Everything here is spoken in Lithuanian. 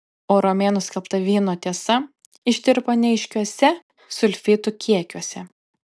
o romėnų skelbta vyno tiesa ištirpo neaiškiuose sulfitų kiekiuose